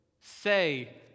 say